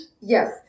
Yes